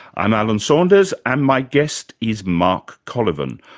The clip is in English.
i'm alan saunders and my guest is mark colyvan,